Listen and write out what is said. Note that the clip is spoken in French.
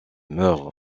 meurt